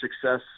success –